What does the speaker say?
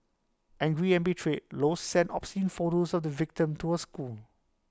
angry and betrayed low sent obscene photos of the victim to her school